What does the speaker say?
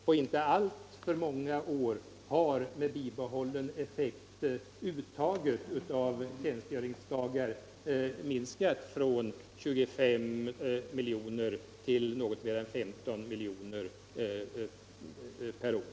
På inte alltför många år har, med bibehållen effekt, uttaget av tjänstgöringsdagar minskat från 25 till något mer än 15 miljoner per år.